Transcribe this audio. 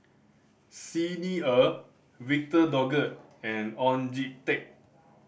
Xi Ni Er Victor Doggett and Oon Jin Teik